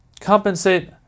compensate